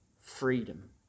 freedom